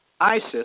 ISIS